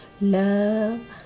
Love